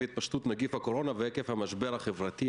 התפשטות נגיף הקורונה ועקב המשבר החברתי,